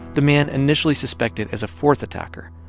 the man initially suspected as a fourth attacker,